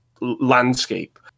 Landscape